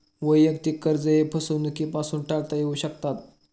वैयक्तिक कर्जेही फसवणुकीपासून टाळता येऊ शकतात